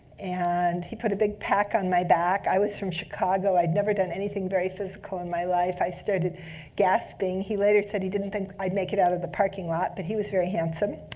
and he put a big pack on my back. i was from chicago. i'd never done anything very physical in my life. i started gasping. he later said he didn't think i'd make it out of the parking lot. but he was very handsome.